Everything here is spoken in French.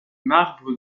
marbre